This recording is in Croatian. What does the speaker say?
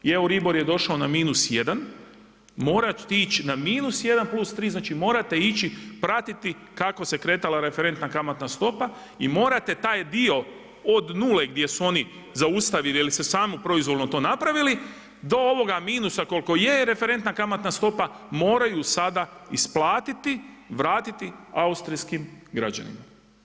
Euribor je došao na -1, morate ići na -1 plus 3, znači morate ići pratiti kako se kretala referentna kamatna stopa i morate taj dio od nule gdje su oni zaustavili jer se samo proizvoljno to napravili do ovoga minusa koliko je referentna kamatna stopa moraju sada isplatiti, vratiti austrijskim građanima.